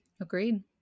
Agreed